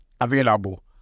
available